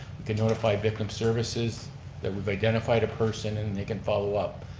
can notify victim services that we've identified a person and they can follow up.